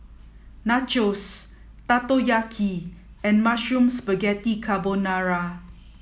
Nachos Takoyaki and Mushroom Spaghetti Carbonara